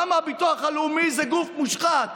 כמה הביטוח הלאומי זה גוף מושחת,